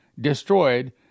destroyed